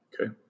Okay